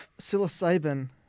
psilocybin